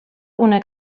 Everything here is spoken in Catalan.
una